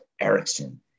Erickson